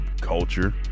culture